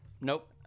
Nope